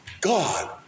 God